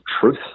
truth